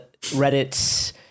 Reddit